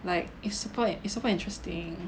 like is super it's super interesting